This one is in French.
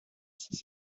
six